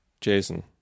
Jason